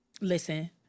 listen